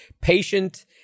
patient